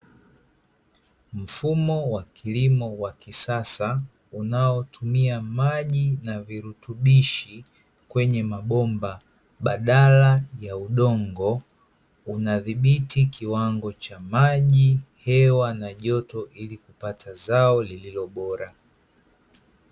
Mfumo wa kilimo wa kisasa unaotumia maji na virutubishi kwenye mabomba, badala ya udongo unadhibiti kiwango cha maji, hewa na joto ili kupata zao lililo bora.